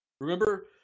remember